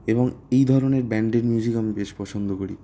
এবং এই ধরনের ব্যান্ডের মিউজিক আমি বেশ পছন্দ করি